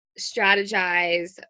strategize